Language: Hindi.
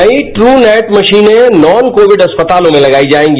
नयी टूनेट मशीनें नॉन कोविड अस्पतालों में लगाई जायेंगी